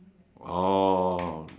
oh